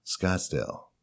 Scottsdale